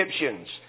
Egyptians